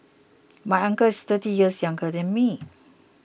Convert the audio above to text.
my uncle is thirty years younger than me